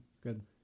good